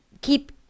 keep